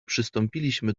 przystąpiliśmy